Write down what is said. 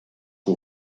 que